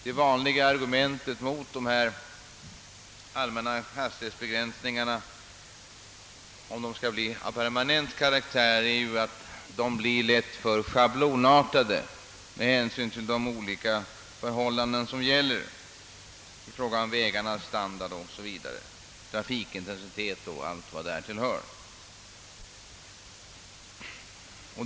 Det vanliga argumentet mot permanenta allmänna hastighetsbegränsningar är att de lätt blir för schablonartade med tanke på de olika förhållanden som råder i fråga om vägarnas standard, trafikintensitet o. s. v.